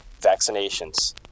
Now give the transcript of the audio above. vaccinations